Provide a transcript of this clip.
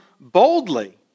boldly